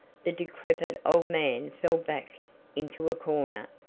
the decrepit old man fell back into a corner,